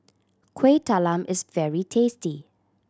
Kueh Talam is very tasty